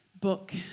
book